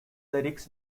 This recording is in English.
lyrics